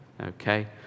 Okay